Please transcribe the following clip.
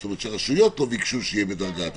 זה שהרשויות לא ביקשו שהיא תהיה בדרגה א',